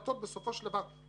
מצב השלטון המקומי במדינת ישראל.